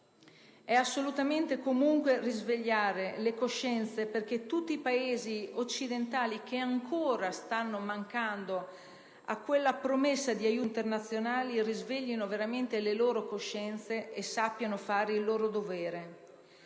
È assolutamente necessario che tutti i Paesi occidentali che ancora stanno mancando a quella promessa di aiuti internazionali risveglino le loro coscienze e sappiano fare il loro dovere.